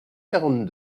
quarante